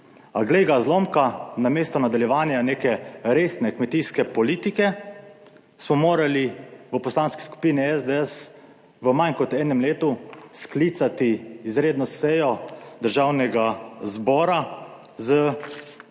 glej ga zlomka namesto nadaljevanja neke resne kmetijske politike smo morali v Poslanski skupini SDS v manj kot enem letu sklicati izredno sejo 9. TRAK: (NB) –